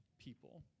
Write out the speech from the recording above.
people